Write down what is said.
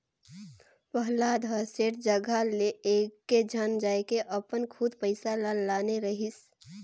पहलाद ह सेठ जघा ले एकेझन जायके अपन खुद पइसा ल लाने रहिस